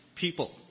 people